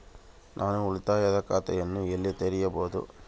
ನಾನು ಉಳಿತಾಯ ಖಾತೆಯನ್ನು ಎಲ್ಲಿ ತೆರೆಯಬಹುದು?